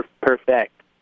perfect